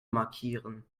markieren